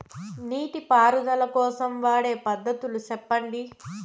నీటి పారుదల కోసం వాడే పద్ధతులు సెప్పండి?